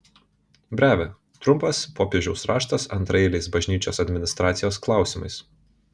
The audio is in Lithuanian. brevė trumpas popiežiaus raštas antraeiliais bažnyčios administracijos klausimais